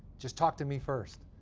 just talk to me first.